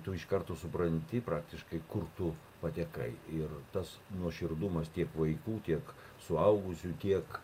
tu iš karto supranti praktiškai kur tu patekai ir tas nuoširdumas tiek vaikų tiek suaugusiųjų tiek